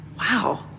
wow